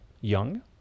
Young